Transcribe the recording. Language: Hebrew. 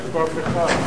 אין פה אף אחד.